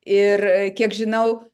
ir kiek žinau